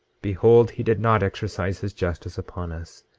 behold, he did not exercise his justice upon us,